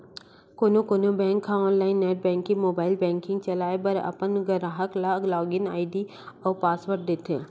कोनो कोनो बेंक ह online net banking, mobile banking चलाए बर अपन गराहक ल लॉगिन आईडी अउ पासवर्ड देथे